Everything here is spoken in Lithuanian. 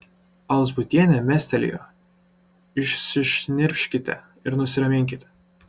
alzbutienė mestelėjo išsišnirpškite ir nusiraminkite